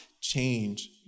change